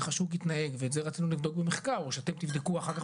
איך השוק יתנהג ואת זה רצינו לבדוק במחקר או שאתם תבדקו אחר כך